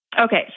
Okay